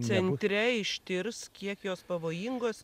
centre ištirs kiek jos pavojingos